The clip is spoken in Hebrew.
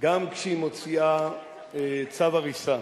גם כשהיא מוציאה צו הריסה